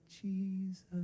Jesus